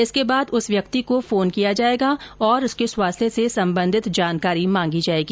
इसके बाद उस व्यक्ति को फोन किया जाएगा और उसके स्वास्थ्य से संबंधित जानकारी मांगी जाएगी